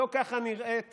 לא ככה נראית